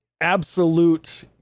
Absolute